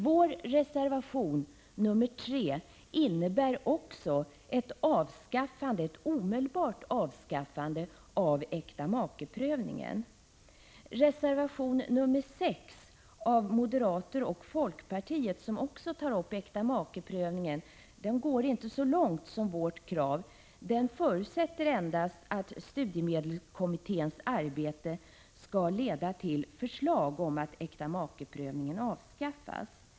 Vår reservation nr 3 innebär ett omedelbart avskaffande av äktamakeprövningen. Kravet i reservation nr 6 av moderater och folkpartister, som också tar upp äktamakeprövningen, går inte så långt som vårt krav. Reservationen förutsätter endast att studiemedelskommitténs arbete skall leda till förslag om att äktamakeprövningen avskaffas.